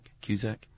Cusack